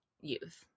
youth